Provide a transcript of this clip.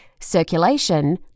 circulation